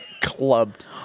clubbed